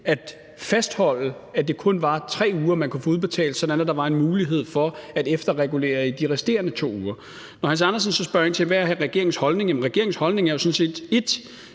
at fastholde, at det kun var 3 uger, man kunne få udbetalt, sådan at der var en mulighed for at efterregulere de resterende 2 uger. Når hr. Hans Andersen så spørger ind til, hvad regeringens holdning er, kan jeg